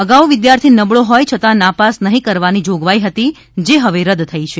અગાઉ વિદ્યાર્થી નબળો હોય છતાં નાપાસ નહિં કરવાની જોગવાઇ હતી જે હવે રદ થઇ છે